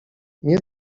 nie